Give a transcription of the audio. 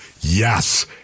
Yes